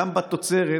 גם בתוצרת